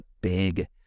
big